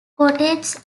cottages